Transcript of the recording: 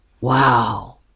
Wow